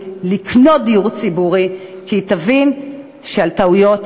כי אם היא הייתה ממשיכה את כל ימיה אני לא יודעת כמה יכולנו בדרך,